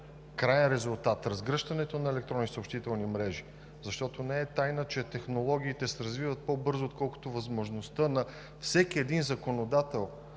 краен резултат, разгръщането на електронни съобщителни мрежи –защото не е тайна, че технологиите се развиват по-бързо, отколкото възможността на всеки един законодател